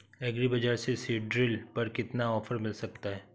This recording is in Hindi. एग्री बाजार से सीडड्रिल पर कितना ऑफर मिल सकता है?